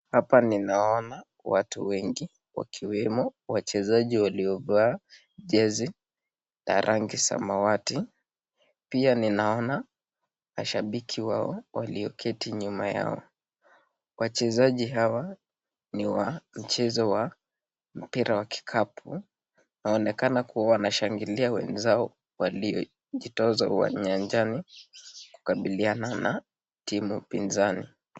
Hapa ninaona watu wengi wakiwemo wachezaji waliovaa jezi ya rangi samawati pia ninaona mashabiki wao walioketi nyuma yao. Wachezaji hawa ni wa mchezo wa mpira wa kikapu wanaonekana kuwa wanashangilia wenzao walio jitoza nyanjani kukabiliana na timu ya upinzani.